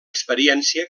experiència